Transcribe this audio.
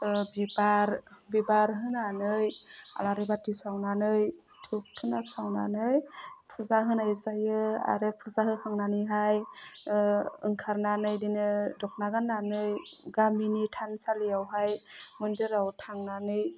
बिबार बिबार होनानै आलारि बाथि सावनानै धुप धुना सावनानै फुजा होनाय जायो आरो फुजा होखांनानैहाय ओंखारनानै इदिनो दख'ना गाननानै गामिनि थानसालियावहाय मन्दिराव थांनानै